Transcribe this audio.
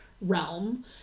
realm